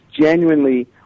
genuinely